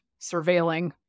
surveilling